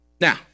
Now